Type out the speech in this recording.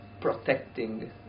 protecting